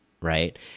Right